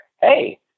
hey